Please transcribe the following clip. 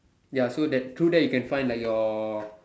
ya so that through that you can find like your